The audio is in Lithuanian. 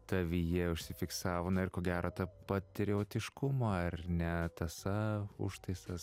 tavyje užsifiksavo na ir ko gero ta patriotiškumo ar ne tąsa užtaisas